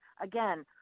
again